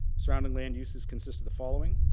surrounding land uses consist of the following.